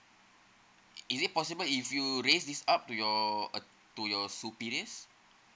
is it possible if you raise this up to your uh to your superiors